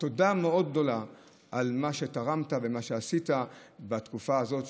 ותודה גדולה מאוד על מה שתרמת ועל מה שעשית בתקופה זאת,